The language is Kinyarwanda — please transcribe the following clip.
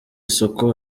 isuku